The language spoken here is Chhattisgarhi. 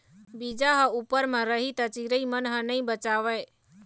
बीजा ह उप्पर म रही त चिरई मन ह नइ बचावय